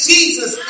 Jesus